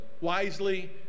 wisely